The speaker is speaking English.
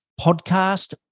podcast